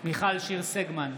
מיכל שיר סגמן,